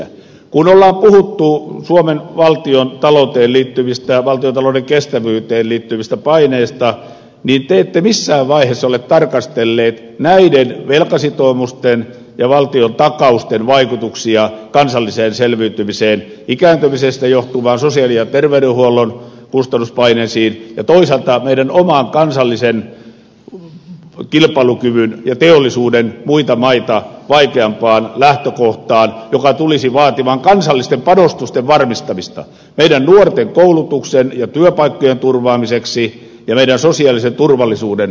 kun on puhuttu suomen valtiontalouteen liittyvistä ja valtiontalouden kestävyyteen liittyvistä paineista niin te ette missään vaiheessa ole tarkastelleet näiden velkasitoumusten ja valtion takausten vaikutuksia kansalliseen selviytymiseen ikääntymisestä johtuviin sosiaali ja tervey denhuollon kustannuspaineisiin ja toisaalta meidän oman kansallisen kilpailukyvyn ja teollisuuden muita maita vaikeampaan lähtökohtaan joka tulisi vaatimaan kansallisten panostusten varmistamista meidän nuorten koulutuksen ja työpaikkojen turvaamiseksi ja meidän sosiaalisen turvallisuuden varmistamiseksi